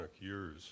years